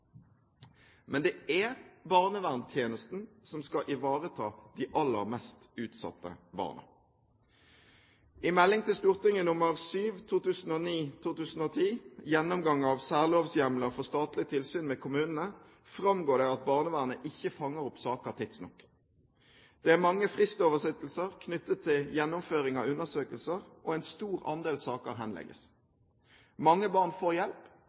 Men det er barnevernstjenesten som skal ivareta de aller mest utsatte barna. I Meld. St. 7 for 2009–2010, Gjennomgang av særlovshjemler for statlig tilsyn med kommunene, framgår det at barnevernet ikke fanger opp saker tidsnok. Det er mange fristoversittelser knyttet til gjennomføring av undersøkelser, og en stor andel saker henlegges. Mange barn får hjelp,